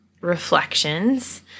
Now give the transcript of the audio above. reflections